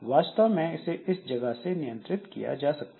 वास्तव में इसे इस जगह से नियंत्रित किया जा सकता है